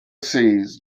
sees